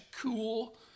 cool